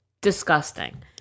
disgusting